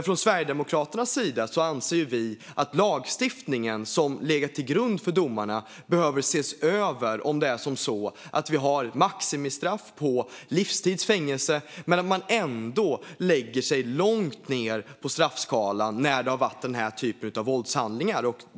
Från Sverigedemokraternas sida anser vi att den lagstiftning som legat till grund för domarna behöver ses över, om det är som så att vi har ett maximistraff på livstids fängelse men att man ändå lägger sig långt ned på straffskalan när det har varit den här typen av våldshandlingar.